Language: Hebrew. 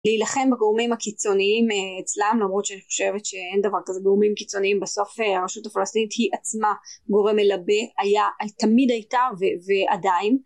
להילחם בגורמים הקיצוניים אצלם למרות שאני חושבת שאין דבר כזה גורמים קיצוניים בסוף הרשות הפלסטינית היא עצמה גורם מלבה היה תמיד הייתה ועדיין